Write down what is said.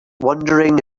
wondering